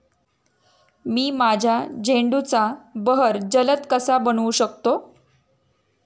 मी माझ्या झेंडूचा बहर जलद कसा बनवू शकतो?